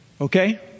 Okay